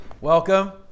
Welcome